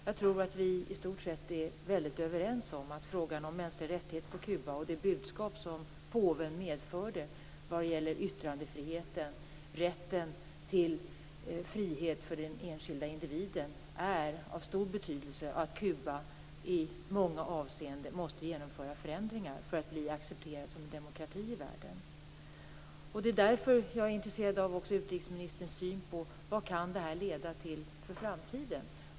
Jag tror att vi i stort sett är överens om att frågan om mänskliga rättigheter på Kuba och det budskap som påven medförde vad gäller yttrandefriheten, rätten till frihet för den enskilde individen, är av stor betydelse och att Kuba i många avseenden måste genomföra förändringar för att bli accepterad som en demokrati i världen. Det är därför jag är intresserad av utrikesministerns syn på vad detta kan leda till för framtiden.